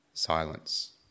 Silence